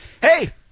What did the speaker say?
Hey